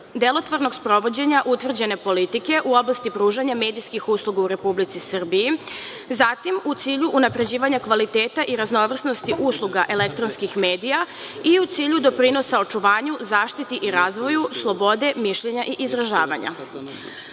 delotvornog sprovođenja utvrđene politike u oblasti pružanja medijskih usluga u Republici Srbiji, zatim u cilju unapređivanja kvaliteta i raznovrsnosti usluga elektronskih medija i u cilju doprinosa očuvanju, zaštiti i razvoju slobode mišljenja i izražavanja. Postavlja